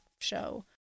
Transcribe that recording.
show